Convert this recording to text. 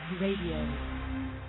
radio